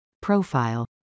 Profile